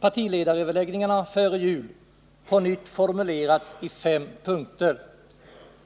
partiledaröverläggningarna före jul på nytt formulerats i fem punkter.